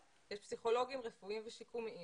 יש פסיכולוגים רפואיים ושיקומיים